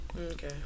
Okay